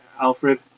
Alfred